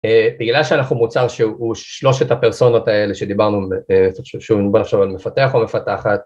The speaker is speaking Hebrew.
בגלל שאנחנו מוצר שהוא שלושת הפרסונות האלה שדיברנו על מפתח או מפתחת